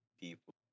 people